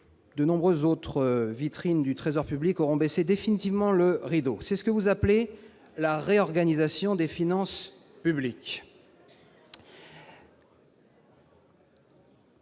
décembre, bien d'autres agences du Trésor public auront baissé définitivement le rideau. C'est ce que vous appelez la réorganisation du réseau des finances publiques.